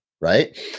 right